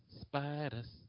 spiders